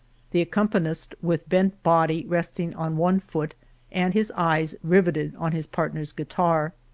the accompanist with bent body resting on one foot and his eyes riveted on his partner's guitar.